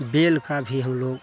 bell का भी हमलोग